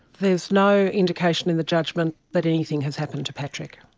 there is no indication in the judgement that anything has happened to patrick.